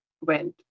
went